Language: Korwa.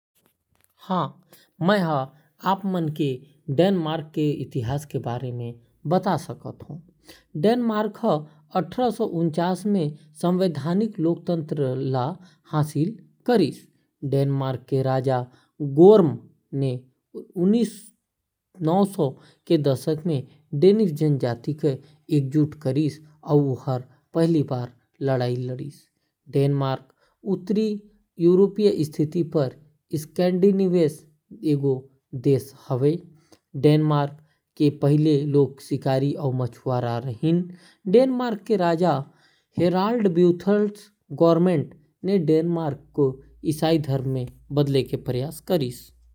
डेनमार्क के इतिहास के बारे म एक तथ्य ये हावय के पाषाण युग ले इहां लोगन निवास करत हावयं। डेनमार्क के बारे म कुछ अउ रोचक बात। डेनमार्क के पहिली लोगन शिकारी अउ मछुआरा रिहिस। डेनमार्क के अधिकांश आधुनिक शहर वाइकिंग युग के बाद बसे रिहिस। चौदहवीं सदी के अंत म महारानी मार्गरेट डहार ले कलमार संघ म डेनमार्क, नार्वे, अउ स्वीडन ल एकजुट करे गे रिहीस।